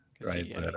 Right